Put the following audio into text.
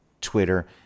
Twitter